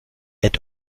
add